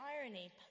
irony